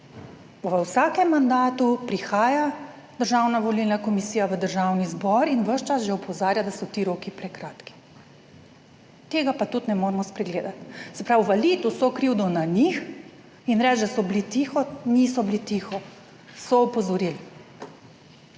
v vsakem mandatu prihaja Državna volilna komisija v Državni zbor in ves čas že opozarja, da so ti roki prekratki. Tega pa tudi ne moremo spregledati. Se pravi, valiti vso krivdo na njih in reči, da so bili tiho, niso bili tiho, so opozorili,